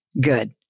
Good